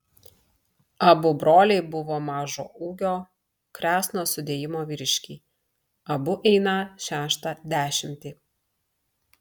abu broliai buvo mažo ūgio kresno sudėjimo vyriškiai abu einą šeštą dešimtį